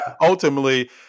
ultimately